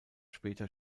später